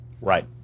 Right